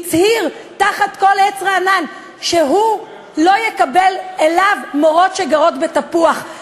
הצהיר תחת כל עץ רענן שהוא לא יקבל אליו מורות שגרות בתפוח.